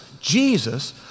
Jesus